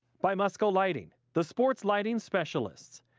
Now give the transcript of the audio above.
by musco lighting, the sports lighting specialist,